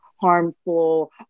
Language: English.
harmful